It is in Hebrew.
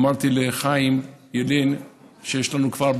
אמרתי לחיים ילין שיש לנו כבר,